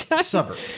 Suburb